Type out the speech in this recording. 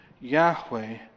Yahweh